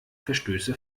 verstöße